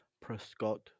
Prescott